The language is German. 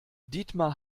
dietmar